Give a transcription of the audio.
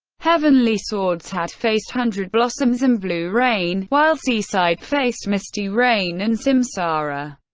heavenly swords had faced hundred blossoms and blue rain, while seaside faced misty rain and samsara.